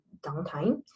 downtime